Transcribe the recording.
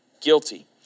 guilty